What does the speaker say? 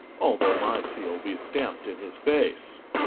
although my seal be stamped in his face.